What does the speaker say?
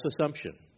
assumption